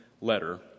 letter